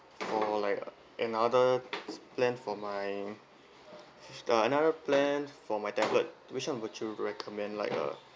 for like another plan for my the another plan for my tablet which [one] would you recommend like uh